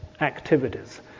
activities